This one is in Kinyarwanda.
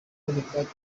reka